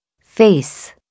Face